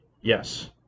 Yes